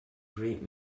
great